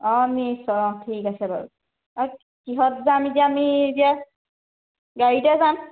অ' নিশ্চয় অঁ ঠিক আছে বাৰু অ' কিহত যাম এতিয়া আমি এতিয়া গাড়ীতে যাম